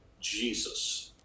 Jesus